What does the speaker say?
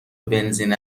بنزین